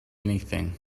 anything